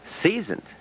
seasoned